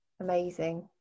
amazing